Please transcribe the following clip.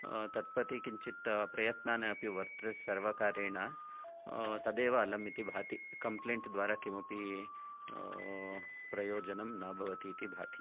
तत् प्रति किंचित् प्रयत्नान् अपि वर्तते सर्वकारेण तदेव अलमिति भाति कम्प्लैन्ट् द्वारा किमपि प्रयोजनं न भवतीति भाति